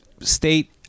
state